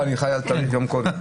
לשישי.